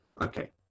okay